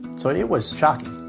so, it was shocking